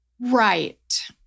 Right